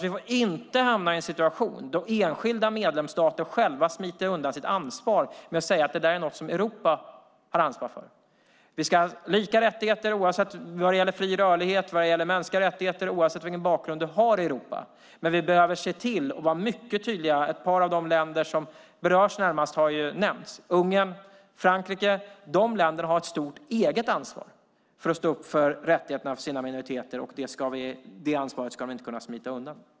Vi får inte hamna i en situation där enskilda medlemsstater smiter undan sitt ansvar genom att säga att detta är något som Europa har ansvar för. Vi ska ha lika rättigheter, oavsett om det gäller fri rörlighet eller mänskliga rättigheter och oavsett vilken bakgrund man har. Men vi behöver vara mycket tydliga. Ett par av de länder som närmast berörs har ju nämnts - Ungern och Frankrike - och de länderna har ett stort eget ansvar för att stå upp för sina minoriteters rättigheter. Det ansvaret ska de inte kunna smita undan.